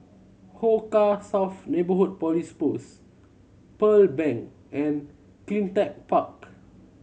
Hong Kah South Neighbourhood Police Post Pearl Bank and Cleantech Park